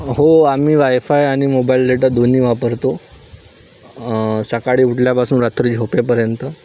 हो आम्ही वायफाय आणि मोबाईल डेटा दोन्ही वापरतो सकाळी उठल्यापासून रात्री झोपेपर्यंत